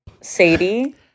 Sadie